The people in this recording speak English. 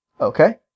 Okay